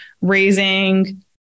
raising